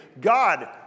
God